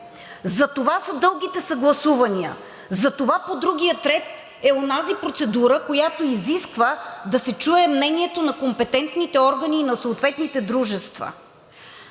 Затова са дългите съгласувания. Затова по другия ред е онази процедура, която изисква да се чуе мнението на компетентните органи на съответните дружества.